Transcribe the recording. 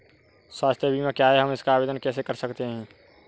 स्वास्थ्य बीमा क्या है हम इसका आवेदन कैसे कर सकते हैं?